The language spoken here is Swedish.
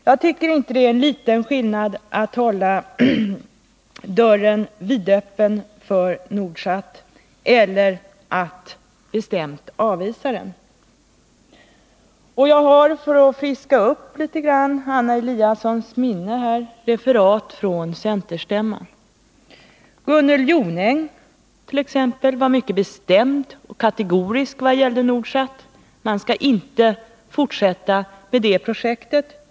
Jag tycker inte att det är enliten skillnad mellan att hålla dörren vidöppen för Nordsat och att bestämt avvisa projektet. För att friska upp Anna Eliassons minne kan jag läsa ur ett referat från centerstämman. Gunnel Jonäng var där mycket kategoriskt emot Nordsat: Man skall inte fortsätta med det projektet.